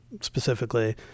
specifically